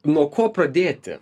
nuo ko pradėti